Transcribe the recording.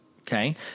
Okay